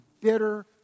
bitter